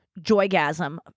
joygasm